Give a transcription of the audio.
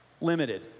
limited